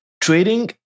trading